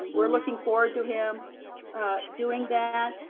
we're looking forward to him doing that.